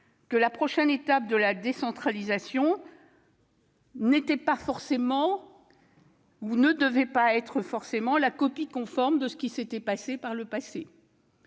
-que la prochaine étape de la décentralisation n'était pas forcément ou ne devait pas forcément être la copie conforme de ce que l'on avait connu par le passé,